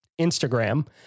Instagram